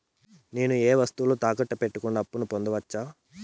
నేను ఏ వస్తువులు తాకట్టు పెట్టకుండా అప్పును పొందవచ్చా?